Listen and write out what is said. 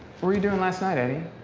were you doing last night, eddie?